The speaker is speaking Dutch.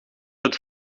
het